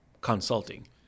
consulting